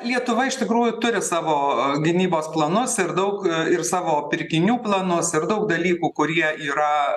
lietuva iš tikrųjų turi savo gynybos planus ir daug ir savo pirkinių planus ir daug dalykų kurie yra